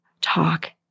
talk